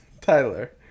Tyler